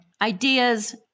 Ideas